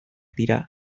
dira